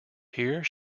here